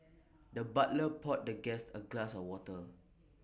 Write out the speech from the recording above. the butler poured the guest A glass of water